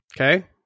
Okay